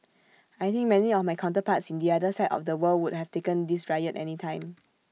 I think many of my counterparts in the other side of the world would have taken this riot any time